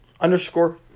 underscore